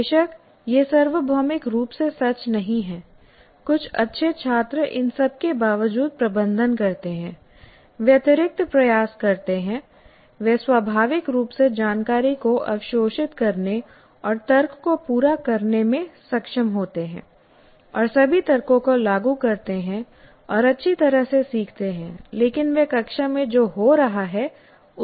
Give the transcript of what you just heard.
बेशक यह सार्वभौमिक रूप से सच नहीं है कुछ अच्छे छात्र इन सब के बावजूद प्रबंधन करते हैं वे अतिरिक्त प्रयास करते हैं वे स्वाभाविक रूप से जानकारी को अवशोषित करने और तर्क को पूरा करने में सक्षम होते हैं और सभी तर्कों को लागू करते हैं और अच्छी तरह से सीखते हैं लेकिन वह कक्षा में जो हो रहा है उसके कारण नहीं है